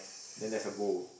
then there's a bowl